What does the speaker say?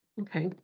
Okay